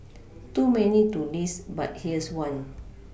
too many too list but here's one